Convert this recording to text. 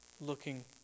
looking